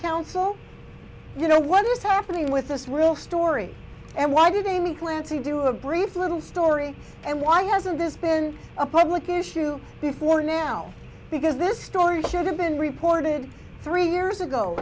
council you know what is happening with this real story and why did amy clancy do a brief little story and why hasn't this been a public issue before now because this story should have been reported three years ago